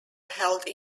held